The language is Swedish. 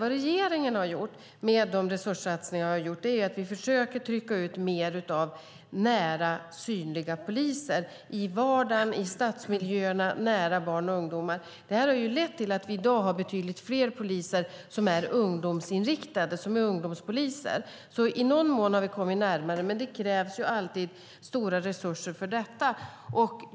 Vad regeringen har försökt göra med sina resurssatsningar är att få ut fler synliga poliser i vardagen, i stadsmiljöerna nära barn och ungdomar. Detta har lett till att vi i dag har betydligt fler ungdomspoliser, det vill säga poliser som är ungdomsinriktade. I någon mån har vi alltså kommit närmare, men detta kräver alltid stora resurser.